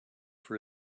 for